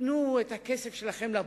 תנו את הכסף שלכם לבורסה,